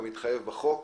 כמתחייב בחוק,